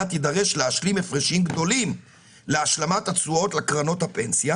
תידרש להשלים הפרשים גדולים להשלמת התשואות לקרנות הפנסיה